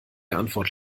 antwort